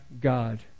God